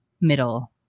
middle